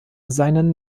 seinen